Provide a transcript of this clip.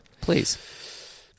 Please